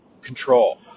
control